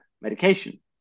medication